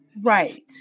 Right